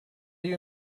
you